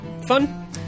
fun